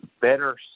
better